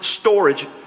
storage